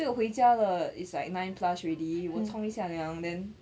所以我回家了 is like nine plus already 我冲一下凉 then